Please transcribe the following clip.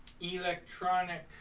electronic